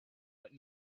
but